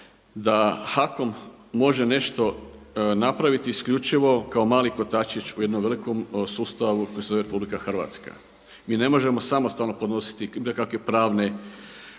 da HAKOM može nešto napraviti isključivo kao mali kotačić u jednom velikom sustavu koji se zove RH. Mi ne možemo samostalno podnositi nekakve pravne